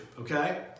okay